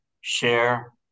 share